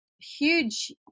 huge